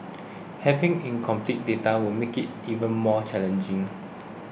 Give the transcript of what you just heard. having incomplete data will make it even more challenging